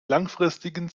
langfristigen